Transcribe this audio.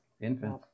Infants